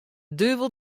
duvel